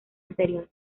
anterior